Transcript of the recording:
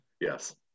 Yes